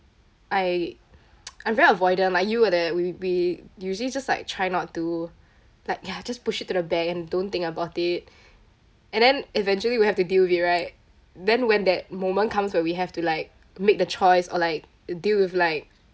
I I'm very avoidant like you uh that we we usually just like try not to like ya just push it to the back and don't think about it and then eventually we have to deal with it right then when that moment comes when we have to like make the choice or like deal with like